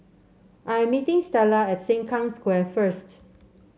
I'm meeting Stella at Sengkang Square first